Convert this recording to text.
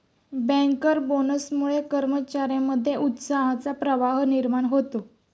banker बोनसमुळे कर्मचार्यांमध्ये उत्साहाचा प्रवाह निर्माण होतो